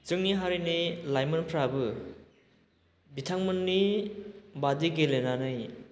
जोंनि हारिनि लाइमोनफ्राबो बिथांमोननि बादि गेलेनानै